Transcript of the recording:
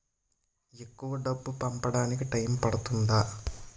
ఎక్కువ డబ్బు పంపడానికి టైం పడుతుందా?